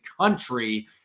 country